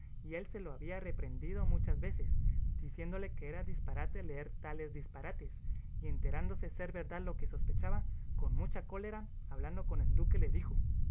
y él se lo había reprehendido muchas veces diciéndole que era disparate leer tales disparates y enterándose ser verdad lo que sospechaba con mucha cólera hablando con el duque le dijo